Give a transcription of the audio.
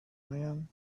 man